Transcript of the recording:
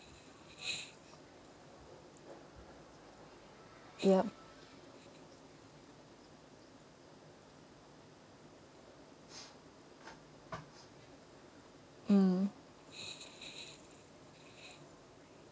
yup mm